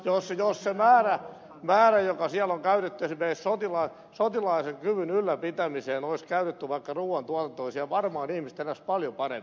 jos se määrä joka siellä on käytettävissä esimerkiksi sotilaallisen kyvyn ylläpitämiseen olisi käytetty vaikka ruoan tuotantoon siellä varmaan ihmiset eläisivät paljon paremmin